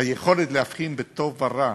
היכולת להבחין בין טוב ורע,